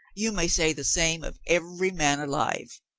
you may say the same of every man alive.